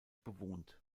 bewohnt